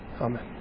Amen